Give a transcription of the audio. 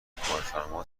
کارفرما